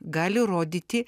gali rodyti